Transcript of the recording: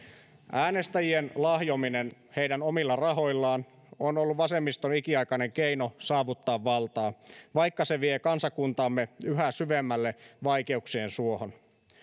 äänestäjien lahjominen heidän omilla rahoillaan on ollut vasemmiston ikiaikainen keino saavuttaa valtaa vaikka se vie kansakuntaamme yhä syvemmälle vaikeuksien suohon